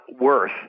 worth